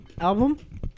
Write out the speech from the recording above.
album